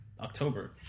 October